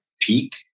peak